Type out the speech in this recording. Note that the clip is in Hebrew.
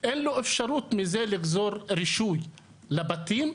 אין אפשרות מזה לגזור רישוי לבתים.